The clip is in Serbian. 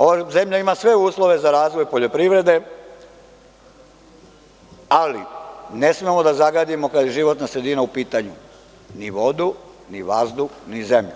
Ova zemlja ima sve uslove za razvoj poljoprivrede, ali ne smemo da zagadimo kada je životna sredina u pitanju ni vodu, ni vazduh, ni zemlju,